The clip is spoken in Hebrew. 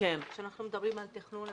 כשאנחנו מדברים על תכנון,